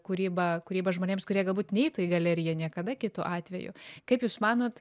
kūrybą kūrybą žmonėms kurie galbūt neitų į galeriją niekada kitu atveju kaip jūs manot